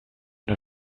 der